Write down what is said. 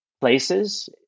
places